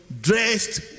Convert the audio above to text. dressed